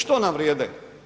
Što nam vrijede?